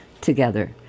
together